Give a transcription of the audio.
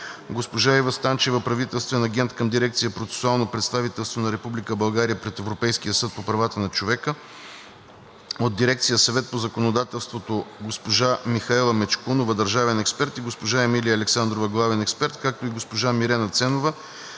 госпожа Ива Станчева – правителствен агент към дирекция „Процесуално представителство на Република България пред Европейския съд по правата на човека“, от дирекция „Съвет по законодателство“ – госпожа Михаела Мечкунова – държавен експерт, и госпожа Емилия Александрова – главен експерт, както и госпожа Мирена Ценова